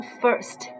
first